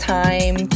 time